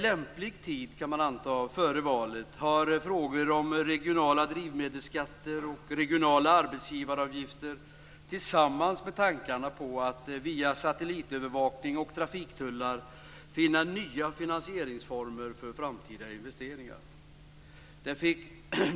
Det handlar om regionala drivmedelsskatter och regionala arbetsgivaravgifter liksom tankar på att via satellitövervakning och trafiktullar finna nya finansieringsformer för framtida investeringar.